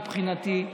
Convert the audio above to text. מבחינתי,